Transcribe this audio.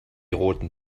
roten